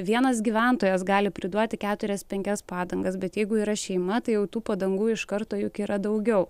vienas gyventojas gali priduoti keturias penkias padangas bet jeigu yra šeima tai jau tų padangų iš karto juk yra daugiau